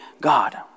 God